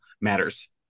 matters